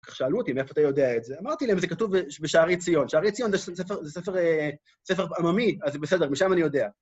כך שאלו אותי, מאיפה אתה יודע את זה, אמרתי להם, זה כתוב בשערי ציון, שערי ציון זה ספר עממי, אז בסדר, משם אני יודע.